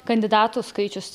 kandidatų skaičius